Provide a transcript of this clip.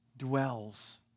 dwells